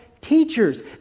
teachers